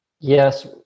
Yes